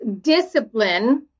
discipline